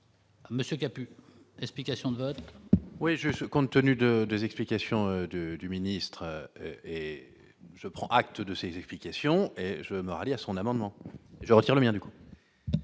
Monsieur qui a pu explications oui je compte tenu de 2 explications de du ministre et je prends acte de ces explications, je me rallie à son amendement, je retire le bien du coup.